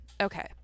okay